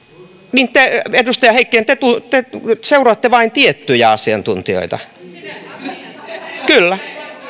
te edustaja heikkinen seuraatte vain tiettyjä asiantuntijoita kyllä